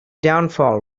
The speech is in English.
downfall